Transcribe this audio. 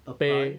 apply